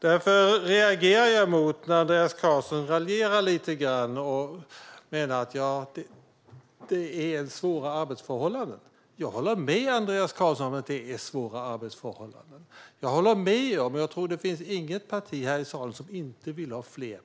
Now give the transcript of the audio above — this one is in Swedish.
Därför reagerar jag mot att Andreas Carlson raljerar lite grann och menar att det är svåra arbetsförhållanden. Jag håller med Andreas Carlson om att det är svåra arbetsförhållanden. Jag håller med om att vi behöver fler poliser. Det finns nog inget parti här i salen som inte vill det.